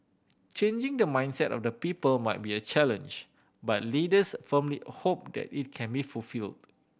changing the mindset of the people might be a challenge but leaders firmly hope that it can be fulfilled